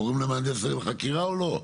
קוראים למהנדס ההעיר לחקירה או לא?